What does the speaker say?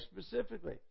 specifically